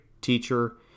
teacher